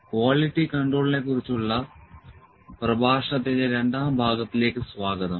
quality കൺട്രോളിനെക്കുറിച്ചുള്ള പ്രഭാഷണത്തിന്റെ രണ്ടാം ഭാഗത്തിലേക്ക് സ്വാഗതം